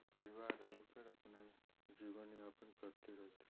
परिवार हो फिर अपना जीवनयापन करते रहते हैं